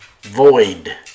void